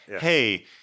Hey